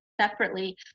separately